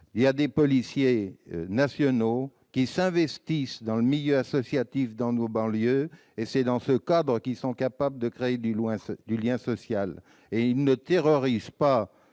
loi. Des policiers nationaux s'investissent dans le tissu associatif de nos banlieues et c'est dans ce cadre qu'ils sont à même de créer du lien social. Ils ne terrorisent pas